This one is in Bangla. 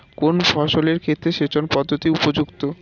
কোন ফসলের ক্ষেত্রে সেচন পদ্ধতি উপযুক্ত?